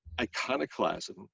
iconoclasm